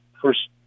first